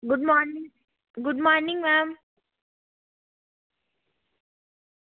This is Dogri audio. good morning good morning ma'am